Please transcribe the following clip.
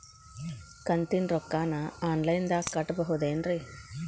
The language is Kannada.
ಕಂತಿನ ರೊಕ್ಕನ ಆನ್ಲೈನ್ ದಾಗ ಕಟ್ಟಬಹುದೇನ್ರಿ?